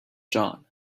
john